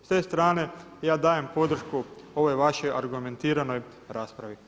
S te strane ja dajem podršku ovoj vašoj argumentiranoj raspravi.